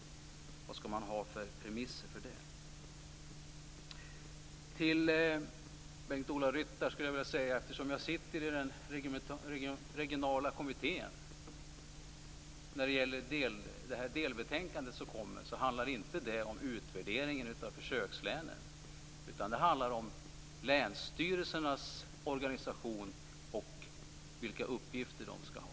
Vad skall man ha för premisser för det? Eftersom jag sitter i den regionala kommittén - Bengt-Ola Ryttar - vet jag att det delbetänkande som kommer inte handlar om utvärderingen av försökslänen. Det handlar om länsstyrelsernas organisation och vilka uppgifter de skall ha.